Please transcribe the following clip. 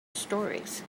storeys